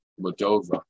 Moldova